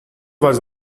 was